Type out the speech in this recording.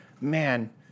man